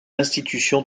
institutions